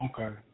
okay